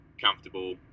comfortable